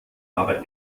aber